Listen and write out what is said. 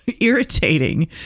irritating